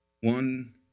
one